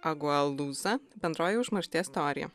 agualuza bendroji užmaršties teorija